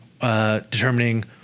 determining